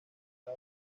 con